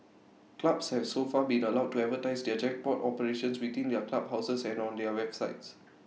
clubs have so far been allowed to advertise their jackpot operations within their clubhouses and on their websites